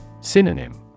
Synonym